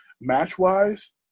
match-wise